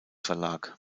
verlag